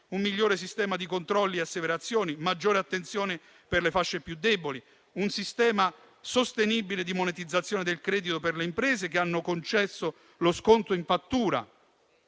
un miglior sistema di controlli e asseverazioni; di maggiore attenzione per le fasce più deboli; di un sistema sostenibile di monetizzazione del credito per le imprese che hanno concesso lo sconto in fattura